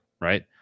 right